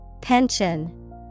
Pension